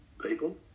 people